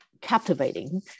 captivating